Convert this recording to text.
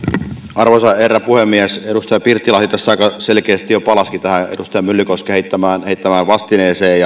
arvoisa herra puhemies edustaja pirttilahti aika selkeästi jo palasikin tähän edustaja myllykosken heittämään vastineeseen